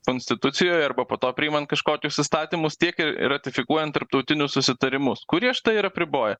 konstitucijoje arba po to priimant kažkokius įstatymus tiek ratifikuojant tarptautinius susitarimus kurie štai ir apriboja